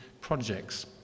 projects